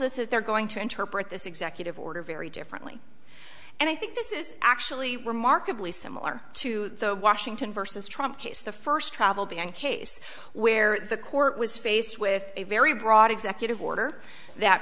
us that they're going to interpret this executive order very day certainly and i think this is actually remarkably similar to the washington versus trauma case the first travel ban case where the court was faced with a very broad executive order that